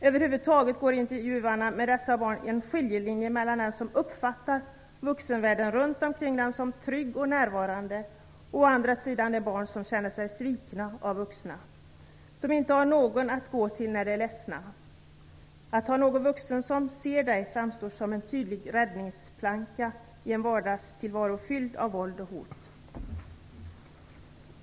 Över huvud taget går det i intervjuerna med dessa barn en skiljelinje mellan dem som å ena sidan uppfattar vuxenvärlden runt omkring dem som trygg och närvarande och å andra sidan de barn som känner sig svikna av vuxna och som inte har någon att gå till när de är ledsna. Att ha någon vuxen som ser en framstår som en räddningsplanka i en vardagstillvaro fylld av våld och hot.